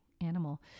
animal